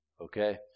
Okay